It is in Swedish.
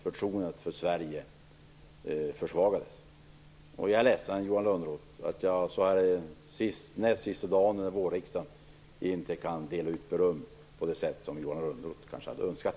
Förtroendet för Sverige försvagades. Jag är ledsen, Johan Lönnroth, att jag så här näst sista dagen av vårriksdagen inte kan dela ut beröm på det sätt som Johan Lönnroth kanske hade önskat.